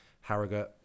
Harrogate